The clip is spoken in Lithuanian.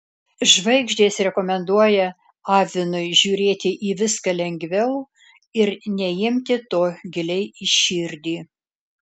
žvaigždės rekomenduoja avinui žiūrėti į viską lengviau ir neimti to giliai į širdį